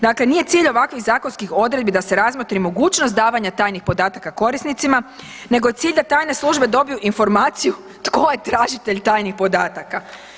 Dakle, nije cilj ovakvih zakonskih odredbi da se razmotri mogućnost davanja tajnih podataka korisnicima, nego je cilj da tajne službe dobiju informaciju tko je tražitelj tajnih podataka.